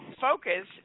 focus